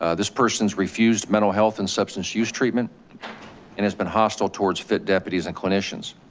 ah this person's refused mental health and substance use treatment and has been hostile towards fit deputies and clinicians.